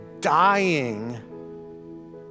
dying